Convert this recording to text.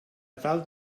tal